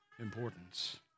importance